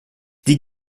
die